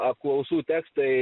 apklausų tekstai